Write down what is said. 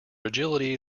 agility